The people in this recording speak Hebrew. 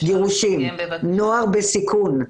-- גירושים, נוער בסיכון.